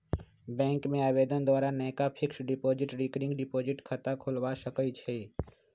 bank में आवेदन द्वारा नयका फिक्स्ड डिपॉजिट, रिकरिंग डिपॉजिट खता खोलबा सकइ छी